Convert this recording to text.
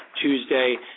Tuesday